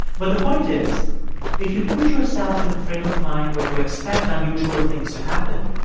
but the point is if you put yourself in a frame of mind where you expect unusual things to happen,